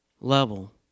level